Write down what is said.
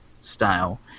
style